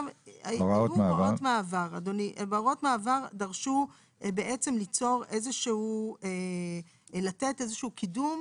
בהוראות המעבר דרשו לתת איזה שהוא קידום